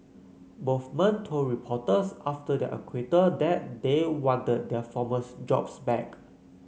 both men told reporters after their acquittal that they wanted their former's jobs back